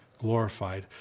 glorified